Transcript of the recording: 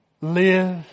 live